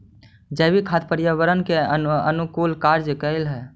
जैविक खाद पर्यावरण के अनुकूल कार्य कर हई